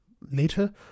later